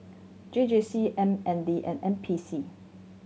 J J C M N D and N P C